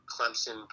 Clemson